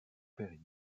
perry